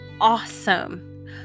awesome